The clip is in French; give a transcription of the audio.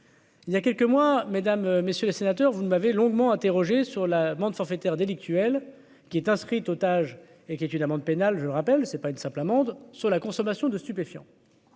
les sénateurs, vous ne m'avez longuement interrogé sur l'amende forfaitaire délictuelle, qui est inscrite otages et qui est une amende pénale, je rappelle, c'est pas une simple amende sur la consommation de stupéfiants.